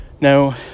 Now